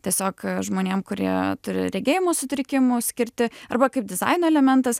tiesiog žmonėm kurie turi regėjimo sutrikimų skirti arba kaip dizaino elementas